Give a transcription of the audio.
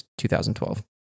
2012